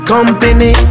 Company